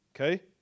Okay